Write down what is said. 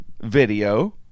Video